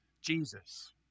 Jesus